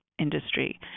industry